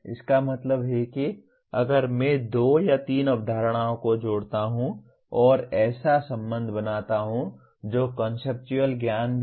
इसका मतलब है कि अगर मैं दो या तीन अवधारणाओं को जोड़ता हूं और एक ऐसा संबंध बनाता हूं जो कॉन्सेप्चुअल ज्ञान भी है